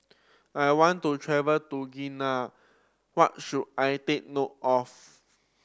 I want to travel to Guinea what should I take note of